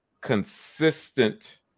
consistent